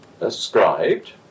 ascribed